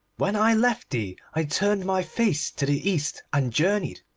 when i left thee, i turned my face to the east and journeyed.